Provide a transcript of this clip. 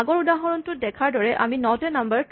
আগৰ উদাহৰণটোত দেখাৰ দৰে আমি "নট এ নাম্বাৰ